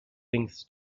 things